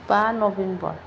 बा नभेम्बर